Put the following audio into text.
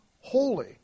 holy